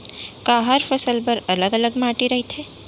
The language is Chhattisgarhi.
का हर फसल बर अलग अलग माटी रहिथे?